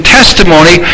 testimony